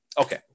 Okay